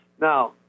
Now